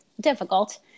difficult